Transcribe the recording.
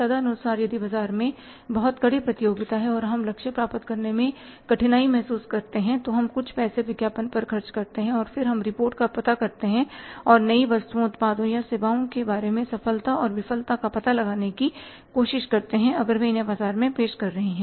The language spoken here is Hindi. तदनुसार यदि बाजार में बहुत कड़ी प्रतियोगिता है और हम लक्ष्य प्राप्त करने में कठिनाई महसूस कर रहे हैं तो हम कुछ पैसे विज्ञापन पर खर्च करते हैं और फिर हम रिपोर्ट का पता करते हैं और नई वस्तुओं उत्पादों या सेवाओं के बारे में सफलता और विफलता का पता लगाने की कोशिश करते हैं अगर वे इन्हें बाजार में पेश कर रहे हैं